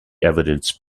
evidence